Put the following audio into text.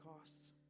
costs